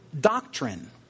doctrine